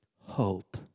hope